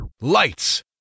Lights